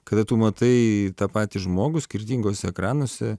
kada tu matai tą patį žmogų skirtinguose ekranuose